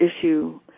issue